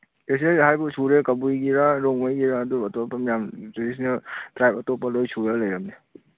traditional ꯍꯥꯏꯕꯨ ꯁꯨꯔꯦ ꯀꯕꯨꯏꯒꯤꯔꯥ ꯔꯣꯡꯃꯩꯒꯤꯔꯥ ꯑꯗꯨ ꯑꯇꯣꯞꯄ ꯃꯌꯥꯝ ꯇ꯭ꯔꯦꯗꯤꯁꯅꯦꯜ ꯇ꯭ꯔꯥꯏꯞ ꯑꯇꯣꯞꯄ ꯂꯣꯏ ꯁꯨꯔ ꯂꯩꯔꯝꯅꯤ